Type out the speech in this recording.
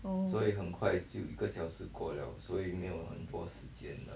oh